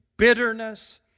Bitterness